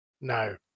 No